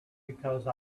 because